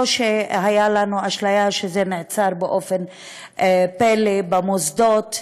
לא שהייתה לנו אשליה שזה נעצר בדרך פלא במוסדות,